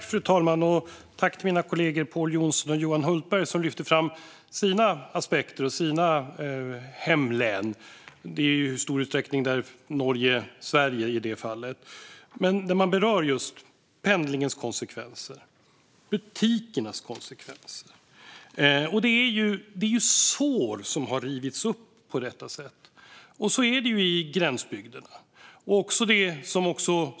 Fru talman! Jag vill tacka mina kollegor Pål Jonson och Johan Hultberg, som lyfter fram sina aspekter och sina hemlän. Det gäller i det fallet i stor utsträckning gränsen mellan Norge och Sverige. Man berör konsekvenserna för just pendlingen och för butikerna. Det är sår som har rivits upp. Så är det i gränsbygderna.